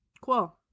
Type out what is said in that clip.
cool